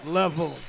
level